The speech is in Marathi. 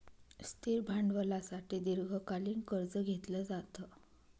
स्थिर भांडवलासाठी दीर्घकालीन कर्ज घेतलं जातं